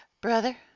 Brother